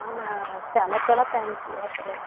అవునా చాలా చాలా థ్యాంక్ యూ అసలు